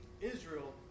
Israel